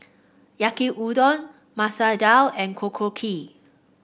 Yaki Udon Masoor Dal and Korokke